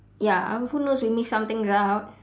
ya uh who knows we missed some things out